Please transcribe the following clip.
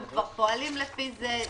הם כבר פועלים לפי זה.